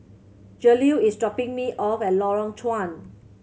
Jaleel is dropping me off at Lorong Chuan